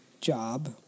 job